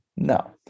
No